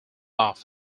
off